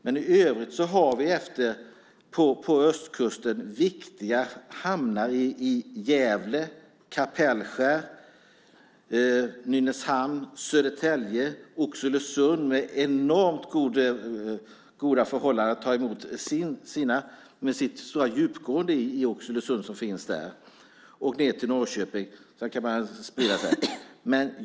Men i övrigt har vi på östkusten viktiga hamnar i Gävle, Kapellskär, Nynäshamn, Södertälje, Oxelösund, med sina enormt goda förutsättningar att ta emot gods med tanke på djupet där, och även Norrköping.